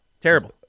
terrible